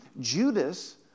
Judas